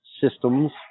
systems